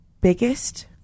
biggest